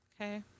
Okay